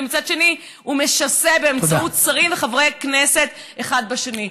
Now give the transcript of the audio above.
ומצד שני הוא משסה שרים וחברי כנסת אחד בשני.